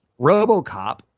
RoboCop